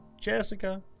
Jessica